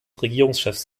regierungschefs